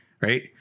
right